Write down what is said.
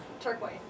turquoise